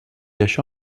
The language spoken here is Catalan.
això